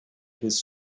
his